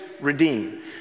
redeem